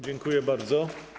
Dziękuję bardzo.